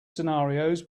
scenarios